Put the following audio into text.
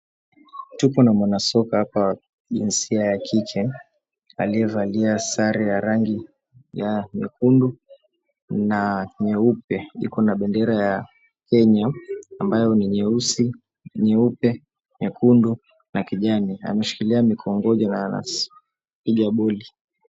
Tuko na mwanasoka hapa, jinsia ya kike aliyevalia sare ya rangi ya nyekundu na nyeupe iko na bendera ya Kenya ambayo ni nyeusi, nyeupe, nyekundu na kijani, ameshikilia mikongojo na anapiga boli.